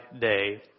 day